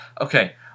Okay